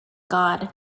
god